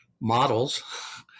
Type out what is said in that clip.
models